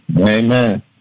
Amen